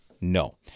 No